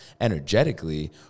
energetically